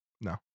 No